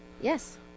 Yes